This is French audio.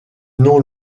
non